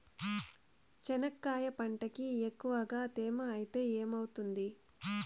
చెనక్కాయ పంటకి ఎక్కువగా తేమ ఐతే ఏమవుతుంది?